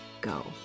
go